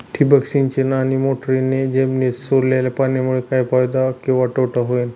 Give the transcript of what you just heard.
ठिबक सिंचन आणि मोटरीने जमिनीत सोडलेल्या पाण्यामुळे काय फायदा किंवा तोटा होईल?